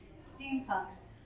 steampunks